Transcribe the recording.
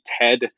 Ted